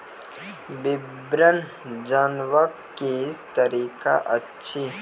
विवरण जानवाक की तरीका अछि?